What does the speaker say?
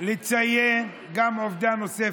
לציין גם עובדה נוספת.